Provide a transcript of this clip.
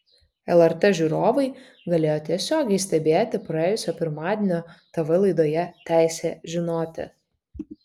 lrt žiūrovai galėjo tiesiogiai stebėti praėjusio pirmadienio tv laidoje teisė žinoti